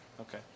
Okay